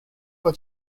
for